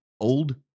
old